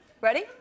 Ready